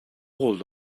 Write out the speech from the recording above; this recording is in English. old